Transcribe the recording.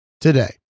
today